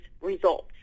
results